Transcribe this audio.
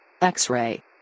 X-Ray